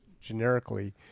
generically